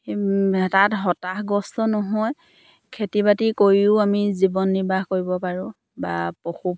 সেই তাত হতাশগ্ৰস্ত নহয় খেতি বাতি কৰিও আমি জীৱন নিৰ্বাহ কৰিব পাৰোঁ বা পশু